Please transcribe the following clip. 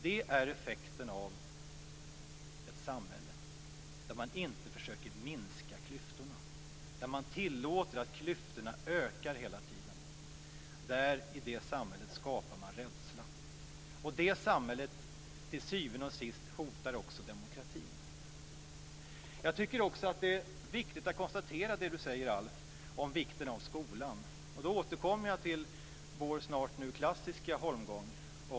Det är effekterna av ett samhälle där man inte försöker minska klyftorna, där man tillåter att klyftorna ökar hela tiden. I det samhället skapar man rädsla. Det samhället hotar till syvende och sist också demokratin. Jag tycker också att det är viktigt att konstatera det Alf Svensson säger om vikten av skolan. Då återkommer jag till vår nu snart klassiska holmgång.